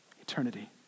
Eternity